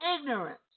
ignorance